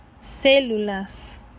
células